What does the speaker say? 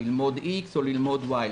ללמוד X או ללמוד Y,